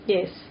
Yes